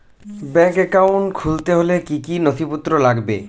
Bank account খুলতে হলে কি কি নথিপত্র লাগবে?